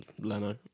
Leno